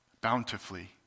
bountifully